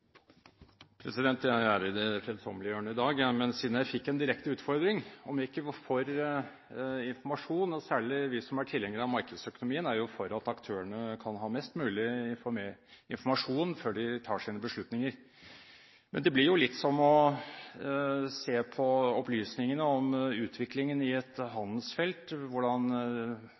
det. Jeg er i det fredsommelige hjørnet i dag, jeg, men siden jeg fikk en direkte utfordring om ikke vi var for informasjon: Særlig vi som er tilhengere av markedsøkonomien, er jo for at aktørene kan ha mest mulig informasjon før de tar sine beslutninger. Men det blir litt som å se på opplysningene om utviklingen i et handelsfelt, hvordan